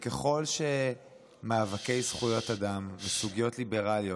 ככל שמאבקי זכויות אדם וסוגיות ליברליות,